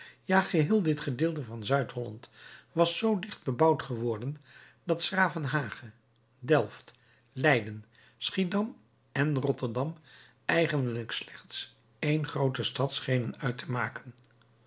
ja geheel dit gedeelte van zuid-holland was zoo dicht bebouwd geworden dat s gravenhage delft leiden schiedam en rotterdam eigenlijk slechts eene groote stad schenen uit te maken